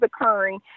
occurring